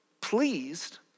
pleased